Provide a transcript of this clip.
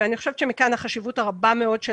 אני חושבת שמכאן החשיבות הרבה מאוד של